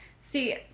see